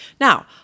Now